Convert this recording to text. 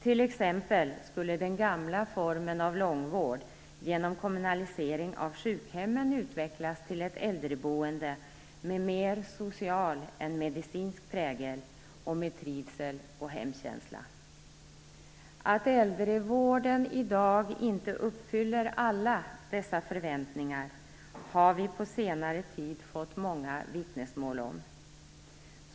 T.ex. skulle den gamla formen av långvård, genom kommunalisering av sjukhemmen, utvecklas till ett äldreboende med mer social än medicinsk prägel och med trivsel och hemkänsla. Att äldrevården i dag inte uppfyller alla dessa förväntningar har vi på senare tid fått många vittnesmål om.